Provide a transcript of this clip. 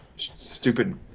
Stupid